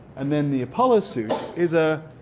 and then the apollo suit is ah